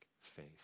faith